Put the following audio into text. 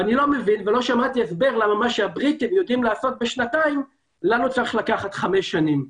לא שמעתי למה מה שהבריטים יודעים לעשות בשנתיים לנו צריך לקחת חמש שנים.